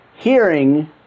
hearing